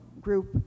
group